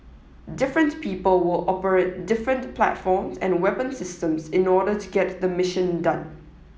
different people will operate different platforms and weapon systems in order to get the mission done